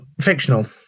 fictional